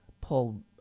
pull